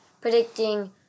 predicting